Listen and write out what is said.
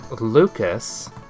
Lucas